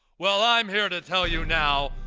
well i'm here to tell you now,